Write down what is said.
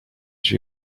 she